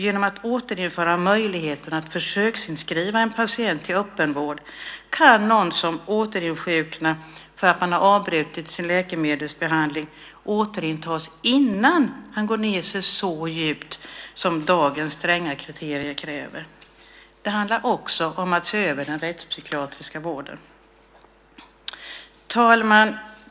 Genom att återinföra möjligheten att försöksinskriva en patient i öppenvård kan någon som återinsjuknat för att denne har avbrutit sin läkemedelsbehandling återintas innan han går ned sig så djupt som dagens stränga kriterier kräver. Det handlar också om att se över den rättspsykiatriska vården. Herr talman!